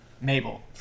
Mabel